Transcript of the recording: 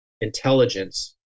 intelligence